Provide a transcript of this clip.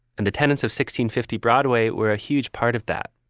and the tenants of sixteen fifty broadway were a huge part of that.